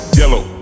yellow